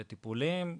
בטיפולים,